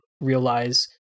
realize